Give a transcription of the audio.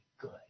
good